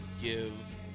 give